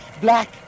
black